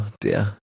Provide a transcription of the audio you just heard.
dear